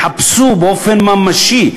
יחפשו באופן ממשי,